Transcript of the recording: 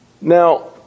Now